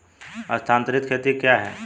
स्थानांतरित खेती क्या है?